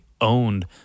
owned